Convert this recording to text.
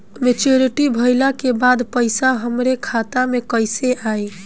Maturity भईला के बाद पईसा हमरे खाता में कइसे आई?